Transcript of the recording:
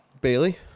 Bailey